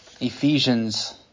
Ephesians